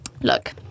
Look